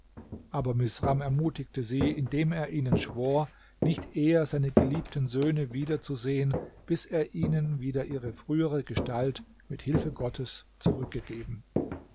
aber misram ermutigte sie indem er ihnen schwor nicht eher seine geliebten söhne wiederzusehen bis er ihnen wieder ihre frühere gestalt mit hilfe gottes zurückgegeben